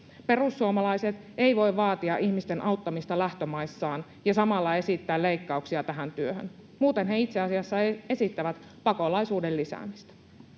Perussuomalaiset eivät voi vaatia ihmisten auttamista lähtömaissaan ja samalla esittää leikkauksia tähän työhön — muuten he itse asiassa esittävät pakolaisuuden lisäämistä.